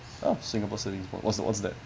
oh singapore savings what's the what's that